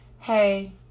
Hey